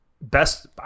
Best